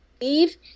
Leave